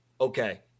okay